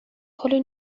کلی